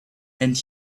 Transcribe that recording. and